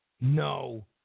no